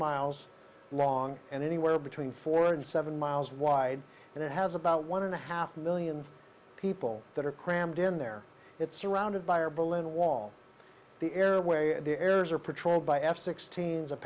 miles long and anywhere between four and seven miles wide and it has about one and a half million people that are crammed in there it's surrounded by or berlin wall the airway errors are patrolled by f sixteen